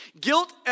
Guilt